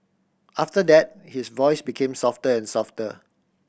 after that his voice became softer and softer